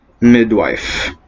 midwife